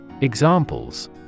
Examples